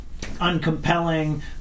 uncompelling